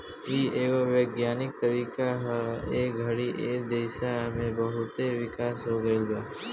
इ एगो वैज्ञानिक तरीका ह ए घड़ी ए दिशा में बहुते विकास हो गईल बा